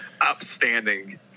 upstanding